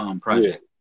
project